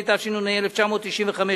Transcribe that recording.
התשנ"ה 1995,